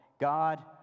God